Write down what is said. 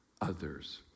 others